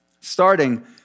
starting